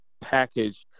package